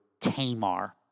Tamar